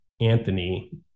Anthony